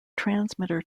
transmitter